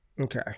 Okay